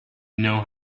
know